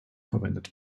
verwendet